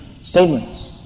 statements